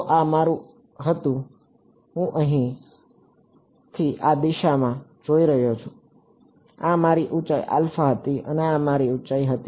તો આ મારું હતું હું અહીંથી આ દિશામાં જોઈ રહ્યો છું આ મારી ઊંચાઈ હતી અને આ મારી ઊંચાઈ હતી